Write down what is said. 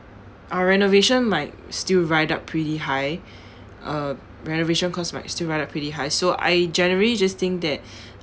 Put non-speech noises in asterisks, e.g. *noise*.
our renovation might still ride up pretty high *breath* uh renovation costs might still ride up pretty high so I generally just think that *breath*